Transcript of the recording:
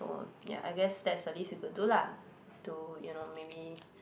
oh ya I guessed that's the least you could do lah to you know maybe